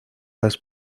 las